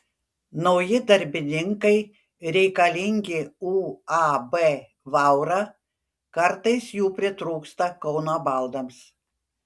nauji darbininkai reikalingi uab vaura kartais jų pritrūksta kauno baldams